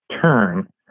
turn